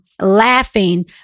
laughing